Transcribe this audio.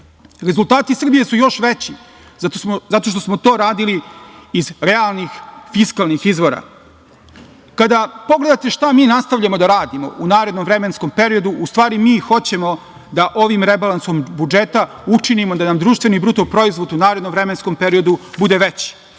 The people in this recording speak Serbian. Rezultati Srbije su još veći zato što smo to radili iz realnih fiskalnih izvora. Kada pogledate šta mi nastavljamo da radimo u narednom vremenskom periodu, u stvari mi hoćemo da ovim rebalansom budžeta učinimo da nam BDP u narednom vremenskom periodu bude veći. Kako